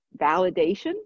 validation